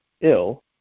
ill